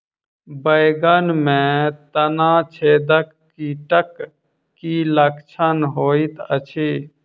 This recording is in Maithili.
बैंगन मे तना छेदक कीटक की लक्षण होइत अछि?